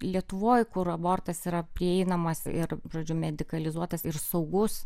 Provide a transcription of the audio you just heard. lietuvoj kur abortas yra prieinamas ir žodžiu medikalizuotas ir saugus